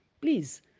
please